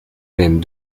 même